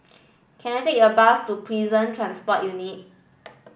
can I take a bus to Prison Transport Unit